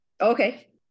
Okay